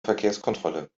verkehrskontrolle